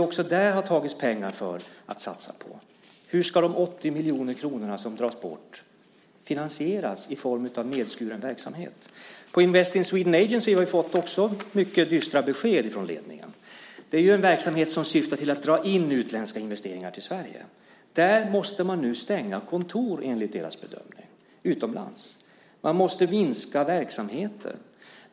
Också där har det tagits pengar för att satsa. Hur ska de 80 miljoner kronor som dras bort finansieras i form av nedskuren verksamhet? På Invest in Sweden Agency har man också fått mycket dystra besked från ledningen. Det är en verksamhet som syftar till att dra in utländska investeringar till Sverige. De måste nu stänga kontor utomlands, enligt deras bedömning. Man måste minska verksamheten.